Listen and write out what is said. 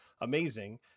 amazing